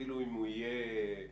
אפילו אם הוא יגיע בזמן